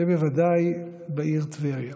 ובוודאי בעיר טבריה.